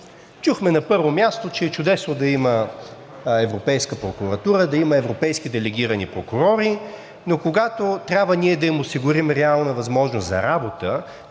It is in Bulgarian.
неща. На първо място, чухме, че е чудесно да има Европейска прокуратура, европейски делегирани прокурори, но когато трябва ние да им осигурим реална възможност за работа